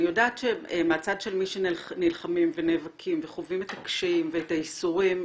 אני יודעת שהמצד של מי שנלחמים ונאבקים וחווים את הקשיים ואת הייסורים,